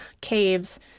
caves